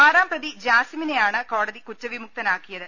ആറാം പ്രതി ജാസിമിനെയാണ് കോടതി കുറ്റവിമുക്തനാക്കിയത്